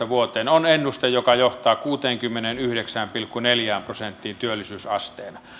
vuoteen kaksituhattayhdeksäntoista on ennuste joka johtaa kuuteenkymmeneenyhdeksään pilkku neljään prosenttiin työllisyysasteena